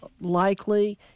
likely